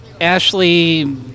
Ashley